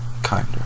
kinder